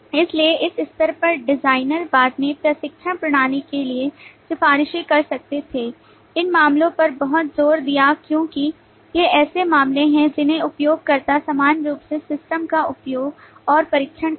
इसलिए इस स्तर पर डिजाइनर बाद में परीक्षण प्रणाली के लिए सिफारिशें कर सकते थे इन मामलों पर बहुत जोर दिया क्योंकि ये ऐसे मामले हैं जिनमें उपयोगकर्ता सामान्य रूप से सिस्टम का उपयोग और परीक्षण करेगा